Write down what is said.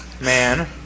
Man